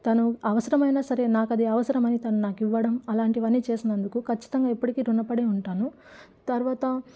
తను అవసరమైన సరే నాకు అది అవసరమని తను నాకు ఇవ్వడం అలాంటివన్నీ చేసినందుకు ఖచ్చితంగా ఎప్పటికీ రుణపడి ఉంటాను తర్వాత